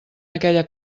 aquella